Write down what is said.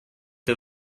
the